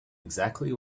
exactly